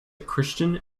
christian